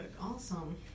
awesome